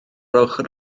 ochr